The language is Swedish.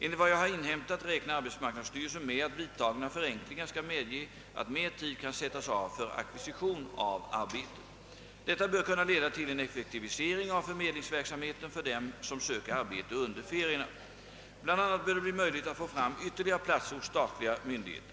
Enligt vad jag har inhämtat räknar arbetsmarknadsstyrelsen med att vidtagna förenklingar skall medge att mer tid kan sättas av för ackvisition av arbete. Detta bör kunna leda till en effektivering av förmedlingsverksamheten för dem som söker arbete under ferierna. Bl. a. bör det bli möjligt att få fram ytterligare platser hos statliga myndigheter.